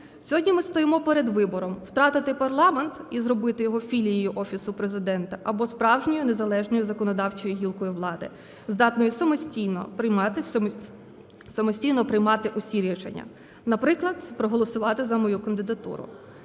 Сьогодні ми стоїмо перед вибором: втратити парламент і зробити його філією Офісу Президента або справжньою незалежною законодавчою гілкою влади, здатною самостійно приймати усі рішення. Наприклад, проголосувати за мою кандидатуру.